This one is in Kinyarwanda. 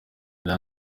bya